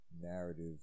narrative